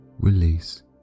release